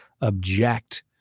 object